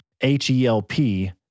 H-E-L-P